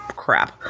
crap